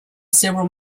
several